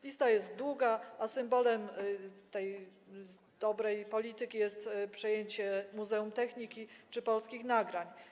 Lista jest długa, a symbolem tej dobrej polityki jest przejęcie muzeum techniki czy Polskich Nagrań.